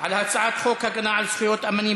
על הצעת חוק הגנה על זכויות אמנים